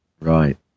Right